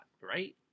right